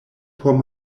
por